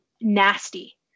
nasty